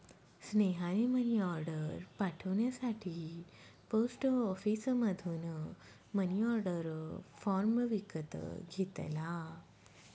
स्नेहाने मनीऑर्डर पाठवण्यासाठी पोस्ट ऑफिसमधून मनीऑर्डर फॉर्म विकत घेतला